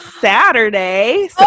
Saturday